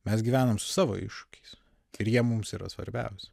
mes gyvenam su savo iššūkiais ir jie mums yra svarbiausi